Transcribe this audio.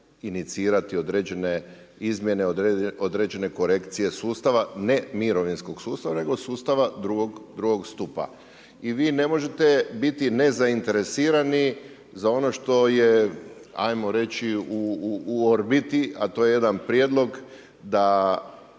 inicirati određene izmjene, određene korekcije sustava, ne mirovinskog sustava nego sustava drugog stupa. I vi ne možete biti ne zainteresirani za ono što je ajmo reći u orbiti, a to je jedan prijedlog da